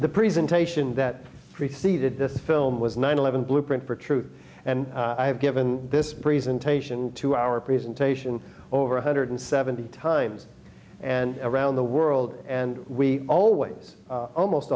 the presentation that preceded this film was nine eleven blueprint for truth and i have given this presentation to our presentation over one hundred seventy times and around the world and we always almost